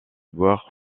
boire